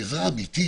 והיא עזרה אמיתית,